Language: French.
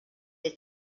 est